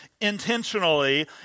intentionally